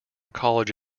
college